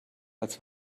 als